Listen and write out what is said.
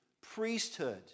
priesthood